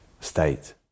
state